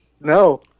no